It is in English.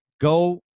go